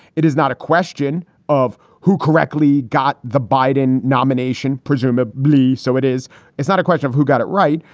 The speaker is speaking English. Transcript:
it is not a question of who correctly got the biden nomination. presumably. so it is it's not a question of who got it right.